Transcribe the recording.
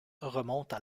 remontent